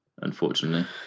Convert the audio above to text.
unfortunately